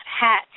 hat